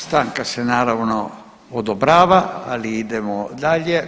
Stanka se naravno odobrava, ali idemo dalje.